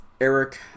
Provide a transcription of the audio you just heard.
Eric